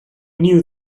knew